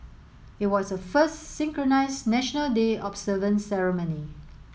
it was the first synchronised National Day observance ceremony